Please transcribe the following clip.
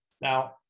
Now